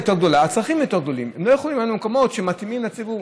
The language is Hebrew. עושים גם בתוכניות אחרות בהתאמות לציבור,